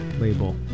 label